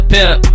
Pimp